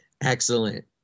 Excellent